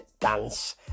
dance